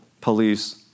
police